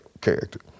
character